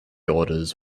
orders